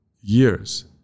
years